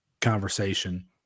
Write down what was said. conversation